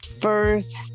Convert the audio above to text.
first